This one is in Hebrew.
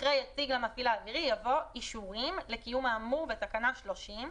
אחרי "הציג למפעיל האווירי" יבוא "אישורים לקיום האמור בתקנה 30 ו-".